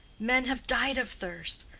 men have died of thirst.